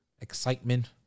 excitement